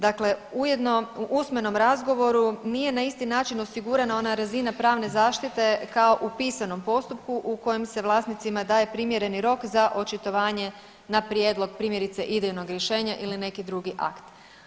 Dakle, ujedno u usmenom razgovoru nije na isti način osigurana ona razina pravne zaštite kao u pisanom postupku u kojem se vlasnicima daje primjereni rok za očitovanje na prijedlog primjerice idejnog rješenja ili neki drugi akt.